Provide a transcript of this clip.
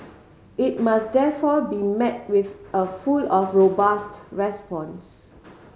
it must therefore be met with a full of robust response